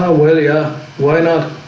um well, yeah, why not?